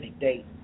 date